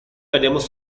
haremos